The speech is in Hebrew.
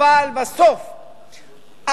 אבל בסוף,